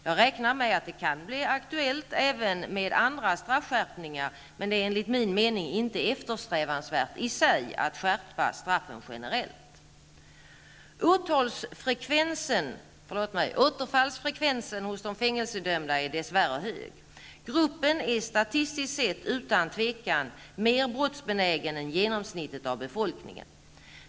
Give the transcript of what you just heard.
Jag räknar med att det kan bli aktuellt även med andra straffskärpningar, men det är enligt min mening inte eftersträvansvärt i sig att skärpa straffen generellt. Återfallsfrekvensen hos de fängelsedömda är dess värre hög. Gruppen är statistiskt sett utan tvivel mer brottsbenägen än genomsnittet av befolkningen.